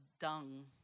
dung